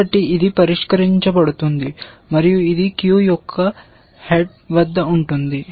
కాబట్టి ఇది పరిష్కరించబడుతుంది మరియు ఇది క్యూ యొక్క హెడ్ వద్ద ఉంటుంది